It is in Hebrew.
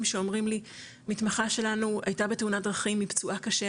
שאומרים לי: 'מתמחה שלנו הייתה בתאונת דרכים היא פצועה קשה,